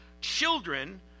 children